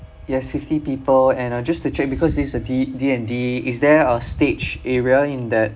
yes fifty people and uh just to check because it's a D D&D is there a stage area in that